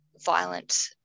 violent